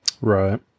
Right